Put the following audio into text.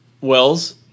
wells